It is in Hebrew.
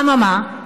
אממה?